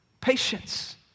Patience